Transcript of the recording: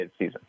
midseason